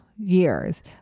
years